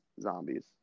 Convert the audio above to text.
zombies